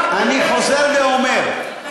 אני חוזר ואומר,